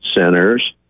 centers